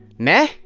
meh?